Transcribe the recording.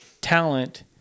talent